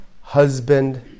husband